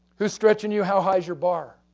whose stretching you? how high is your bar.